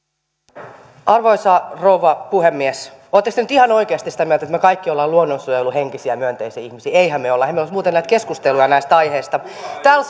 arvoisa arvoisa rouva puhemies oletteko te nyt ihan oikeasti sitä mieltä että me kaikki olemme luonnonsuojeluhenkisiä ja myönteisiä ihmisiä emmehän me ole eihän meillä olisi muuten näitä keskusteluja näistä aiheista täällä